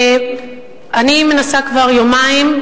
אני מנסה כבר יומיים,